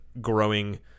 growing